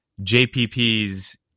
jpp's